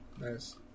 Nice